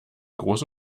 große